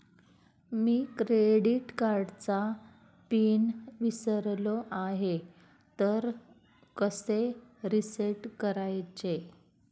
मी credit कार्डचा PIN विसरलो आहे तर कसे रीसेट करायचे?